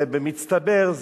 במצטבר,